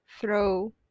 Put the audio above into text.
throw